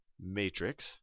matrix